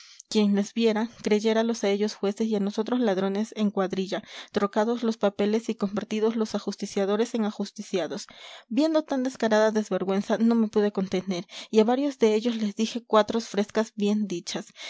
quien les viera creyéralos a ellos jueces y a nosotros ladrones en cuadrilla trocados los papeles y convertidos los ajusticiadores en ajusticiados viendo tan descarada desvergüenza no me pude contener y a varios de ellos les dije cuatros frescas bien dichas